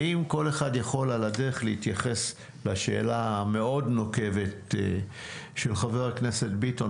ואם כל אחד יכול על הדרך להתייחס לשאלה המאוד נוקבת של חבר הכנסת ביטון,